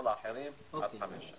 כל השאר עד חמש.